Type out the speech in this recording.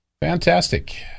Fantastic